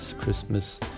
Christmas